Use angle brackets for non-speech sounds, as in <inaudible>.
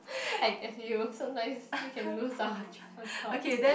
<breath> I guess you so know sometimes we can lose our train of thoughts